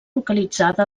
localitzada